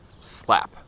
slap